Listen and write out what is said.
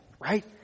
right